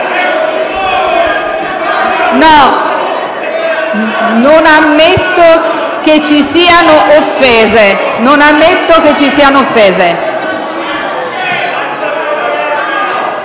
Non ammetto che vi siano offese.